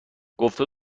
گفته